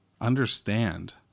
understand